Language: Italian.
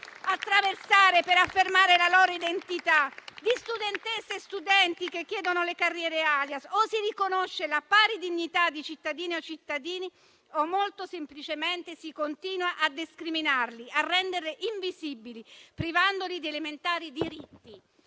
attraversare per affermare la loro identità ad esempio le studentesse e gli studenti che chiedono le carriere *alias*. O si riconosce la pari dignità di cittadine e cittadini o, molto semplicemente, si continua a discriminarli e renderli invisibili, privandoli di elementari diritti.